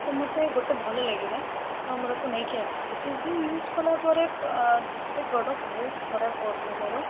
ତ ମୋତେ ଗୋଟେ ଭଲ ଲାଗିଲା ତ ମୁଁ ତାକୁ ନେଇକି ଆସିଥିଲି କିଛି ଦିନ ୟୁଜ୍ କଲା ପରେ ସେ ପ୍ରଡ଼କ୍ଟ ବହୁତ ଖରାପ ପଡ଼ିଲା ମୋର